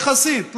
יחסית,